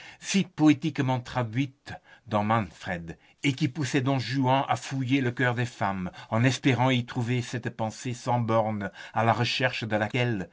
si poétiquement traduite dans manfred et qui poussait don juan à fouiller le cœur des femmes en espérant y trouver cette pensée sans bornes à la recherche de laquelle